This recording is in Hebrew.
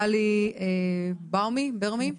גלי ברמי.